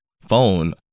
phone